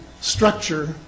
structure